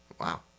Wow